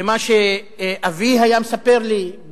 במה שאבי היה מספר לי,